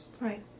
Right